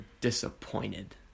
disappointed